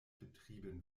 betrieben